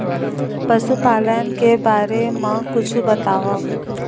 पशुपालन के बारे मा कुछु बतावव?